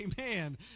Amen